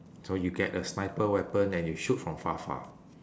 so you get the sniper weapon and you shoot from far far